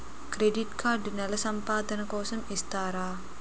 Credit card నెల సంపాదన కోసం ఇస్తారా?